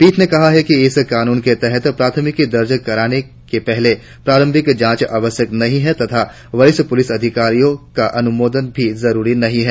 पीठ ने कहा कि इस कानून के तरह प्राथमिकी दर्ज करने के पहले प्रारंभिक जांच आवश्यक नहीं है तथा वरिष्ठ पुलिस अधिकारियों का अनुमोदन भी जरुरी नहीं है